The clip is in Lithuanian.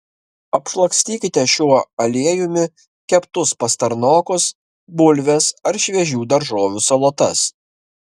apšlakstykite šiuo aliejumi keptus pastarnokus bulves ar šviežių daržovių salotas